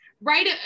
right